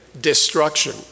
destruction